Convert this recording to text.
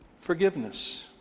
Forgiveness